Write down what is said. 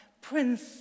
Prince